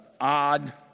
odd